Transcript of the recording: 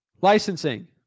licensing